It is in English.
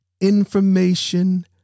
information